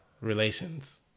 relations